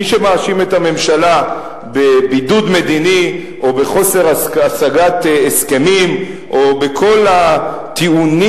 מי שמאשים את הממשלה בבידוד מדיני או באי-השגת הסכמים או בכל הטיעונים